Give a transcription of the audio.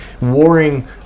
warring